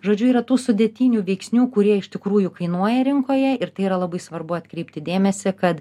žodžiu yra tų sudėtinių veiksnių kurie iš tikrųjų kainuoja rinkoje ir tai yra labai svarbu atkreipti dėmesį kad